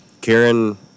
Karen